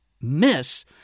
miss